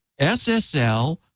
SSL